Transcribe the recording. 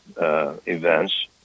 events